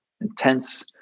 intense